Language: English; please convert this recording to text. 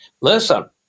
listen